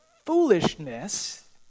foolishness